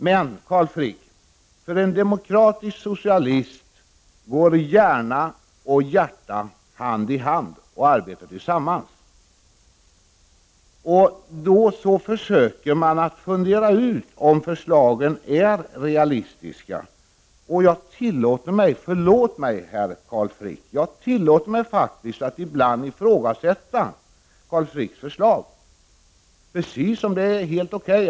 Men, Carl Frick, för en demokratisk socialist går hjärna och hjärta hand i hand och arbetar tillsammans och då försöker man fundera ut om förslagen är realistiska. Och förlåt mig, Carl Frick, men jag tillåter mig faktiskt att ibland ifrågasätta Carl Fricks förslag, precis som det är helt O.K.